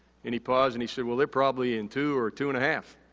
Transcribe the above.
and, he paused and he said, well, they're probably in two or two and a half.